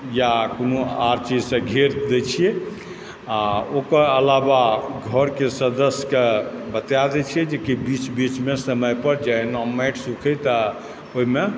या कोनो आर चीजसँ घेर दैत छियै आ ओकर अलाव घरके सदस्यकेँ बता दैत छियै जेकि बीच बीचमे समयपर जहिनो माटि सुखय तऽ ओहिमे